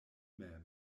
mem